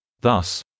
Thus